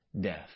death